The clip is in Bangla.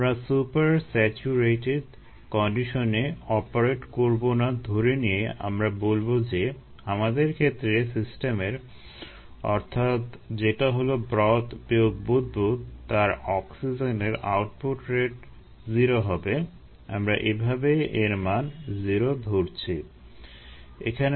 আমরা সুপার স্যাচুরেটেড কন্ডিশনে অপারেট করবো না ধরে নিয়ে আমরা বলবো যে আমাদের ক্ষেত্রে সিস্টেমের অর্থাৎ যেটা হলো ব্রথ বিয়োগ বুদবুদ তার অক্সিজেনের আউটপুট রেট 0 হবে আমরা এভাবেই এর মান 0 ধরছি